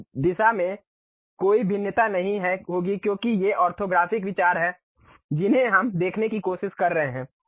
उस दिशा में कोई भिन्नता नहीं होगी क्योंकि ये ऑर्थोग्राफिक विचार हैं जिन्हें हम देखने की कोशिश कर रहे हैं